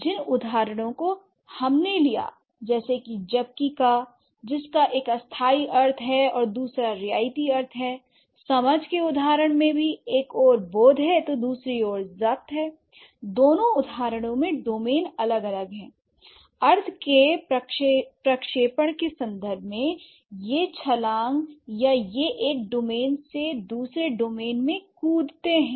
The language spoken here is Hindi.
जिन उदाहरणों को हमने लिया जैसे कि 'जबकि' जिसका एक अस्थाई अर्थ है और दूसरा रियायती अर्थ है समझ के उदाहरण में एक ओर बोध है तो दूसरी ओर जप्त है दोनों उदाहरणों में डोमेन अलग अलग है l अर्थ के प्रक्षेपण के संदर्भ में ये छलांग या ये एक डोमेन से दूसरे डोमेन में कूदते हैं